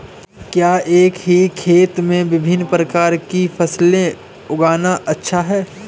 क्या एक ही खेत में विभिन्न प्रकार की फसलें उगाना अच्छा है?